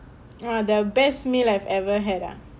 !wah! the best meal I've ever had ah